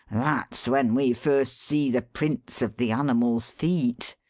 that's when we first see the prints of the animal's feet.